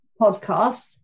podcast